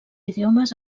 idiomes